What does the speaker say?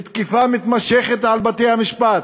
בהתקפה מתמשכת על בתי-המשפט,